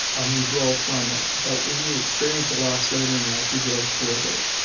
um you grow from it. but when you experience a loss later in life, you grow toward it,